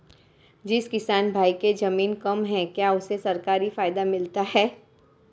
जिस किसान भाई के ज़मीन कम है क्या उसे सरकारी फायदा मिलता है?